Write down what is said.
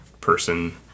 person